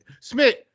Smith